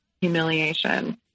humiliation